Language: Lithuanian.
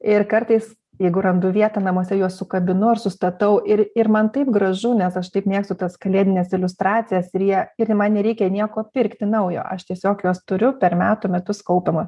ir kartais jeigu randu vietą namuose juos sukabinu ar sustatau ir ir man taip gražu nes aš taip mėgstu tas kalėdines iliustracijas ir jie ir man nereikia nieko pirkti naujo aš tiesiog juos turiu per metų metus kaupiama